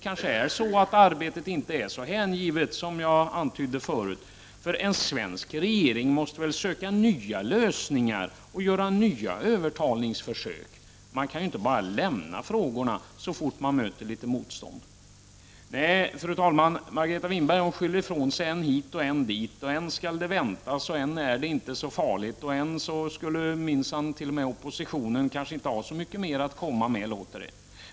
Kanske arbetet inte är så hängivet, som jag antydde förut. En svensk regering måste väl söka nya lösningar och göra nya övertalningsförsök? Man kan väl inte bara lämna frågorna så fort man möter litet motstånd. Nej, fru talman, Margareta Winberg skyller ifrån sig, än hit och än dit. Än skall det väntas. Än är det inte så farligt. Än skulle minsann inte ens oppositionen ha så mycket mera att komma med.